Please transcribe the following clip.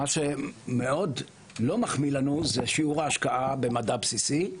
מה שמאוד לא מחמיא לנו זה שיעור ההשקעה במדע בסיסי.